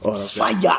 Fire